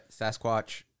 Sasquatch